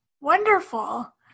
Wonderful